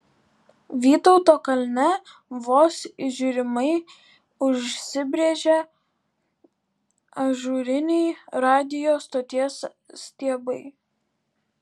vytauto kalne vos įžiūrimai užsibrėžė ažūriniai radijo stoties stiebai